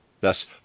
thus